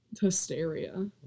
hysteria